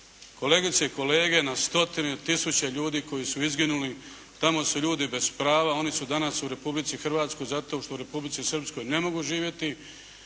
kolegice i kolege na stotine tisuća ljudi koji su izginuli, tamo su ljudi bez prava, oni su danas u Republici Hrvatskoj zato što u Republici Srpskoj ne mogu živjeti